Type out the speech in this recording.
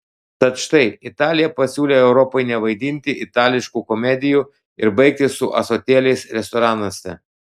tad štai italija pasiūlė europai nevaidinti itališkų komedijų ir baigti su ąsotėliais restoranuose